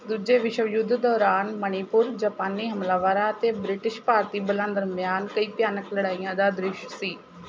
ਦੂਜੇ ਵਿਸ਼ਵ ਯੁੱਧ ਦੌਰਾਨ ਮਣੀਪੁਰ ਜਪਾਨੀ ਹਮਲਾਵਾਰਾਂ ਅਤੇ ਬ੍ਰਿਟਿਸ਼ ਭਾਰਤੀ ਬਲਾਂ ਦਰਮਿਆਨ ਕਈ ਭਿਆਨਕ ਲੜਾਈਆਂ ਦਾ ਦ੍ਰਿਸ਼ ਸੀ